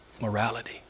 morality